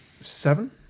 Seven